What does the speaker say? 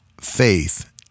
faith